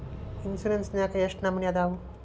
Insurance ನ್ಯಾಗ ಎಷ್ಟ್ ನಮನಿ ಅದಾವು?